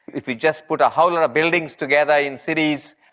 if we just put a whole lot of buildings together in cities,